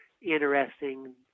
interesting